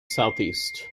southeast